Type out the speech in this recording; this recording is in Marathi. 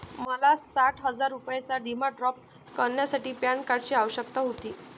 मला साठ हजार रुपयांचा डिमांड ड्राफ्ट करण्यासाठी पॅन कार्डची आवश्यकता होती